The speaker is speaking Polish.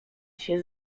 się